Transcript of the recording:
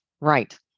Right